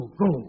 go